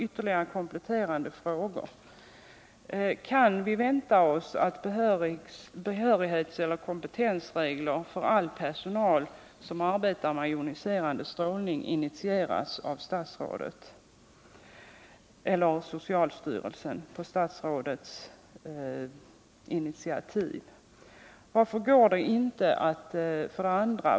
1. Kan vi vänta oss behörighetseller kompetensregler för all personal som arbetar med joniserande strålning, direkt initierade av statsrådet eller från socialstyrelsen på statsrådets initiativ? 2.